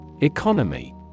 Economy